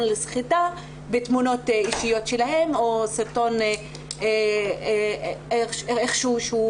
לסחיטה בתמונות אישיות שלהן או סרטון והן איכשהו